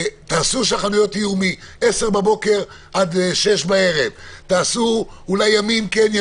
תעשו שהחנויות יהיו מ-10:00 עד 18:00. אולי ימים כן,